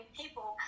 people